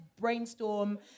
brainstorm